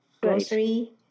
grocery